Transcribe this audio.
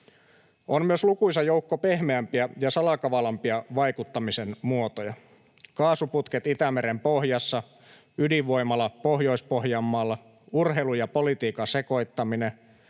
On myös lukuisa joukko pehmeämpiä ja salakavalampia vaikuttamisen muotoja. Kaasuputket Itämeren pohjassa, ydinvoimala Pohjois-Pohjanmaalla, urheilun ja politiikan sekoittaminen,